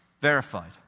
verified